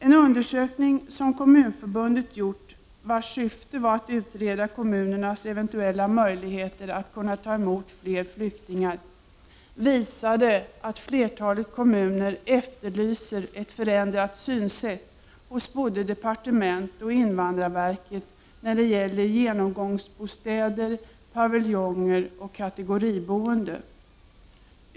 En undersökning som Kommunförbundet gjort och vars syfte var att utreda kommunernas eventuella möjligheter att ta emot fler flyktingar visade att flertalet kommuner efterlyser ett förändrat synsätt hos både departement och invandrarverk när det gäller genomgångsbostäder, paviljonger och kategoriboende.